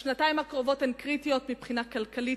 השנתיים הקרובות הן קריטיות לכולנו מבחינה כלכלית,